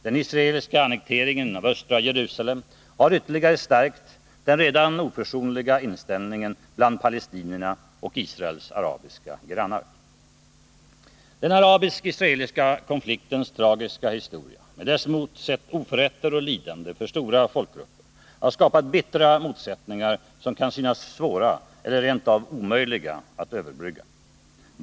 Den israeliska annekteringen av östra Jerusalem har ytterligare stärkt den oförsonliga inställningen bland palestinierna och Israels arabiska grannar. Den arabisk-israeliska konfliktens tragiska historia med dess oförrätter och lidande för stora folkgrupper har skapat bittra motsättningar som kan synas svåra eller rent av omöjliga att överbrygga.